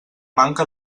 manca